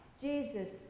Jesus